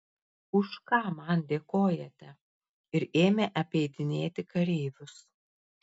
už ką man dėkojate ir ėmė apeidinėti kareivius